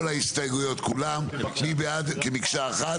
כל ההסתייגויות כולן כמקשה אחת.